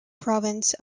province